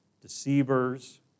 deceivers